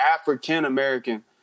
african-american